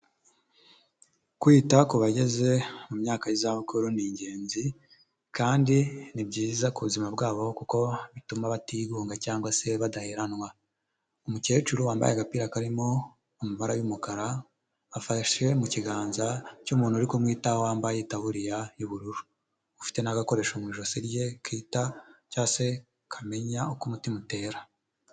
Kwita ku bageze mu myaka y'izabukuru ni ingenzi kandi ni byiza ku buzima bwabo kuko bituma batigunga cyangwa se badaheranwa. Umukecuru wambaye agapira karimo amabara y'umukara, afashe mu kiganza cy'umuntu uri kumwitaho, wambaye itabuririya y'ubururu. Ufite n'agakoresho mu ijosi rye kita cyangwa se kamenya uko umutima utera.